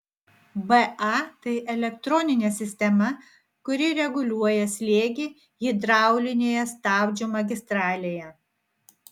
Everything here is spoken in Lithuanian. ba tai elektroninė sistema kuri reguliuoja slėgį hidraulinėje stabdžių magistralėje